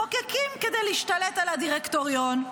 מחוקקים כדי להשתלט על הדירקטוריון,